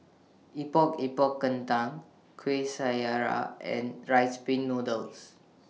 Epok Epok Kentang Kueh Syara and Rice Pin Noodles